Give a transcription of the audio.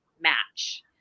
match